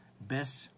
best